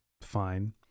fine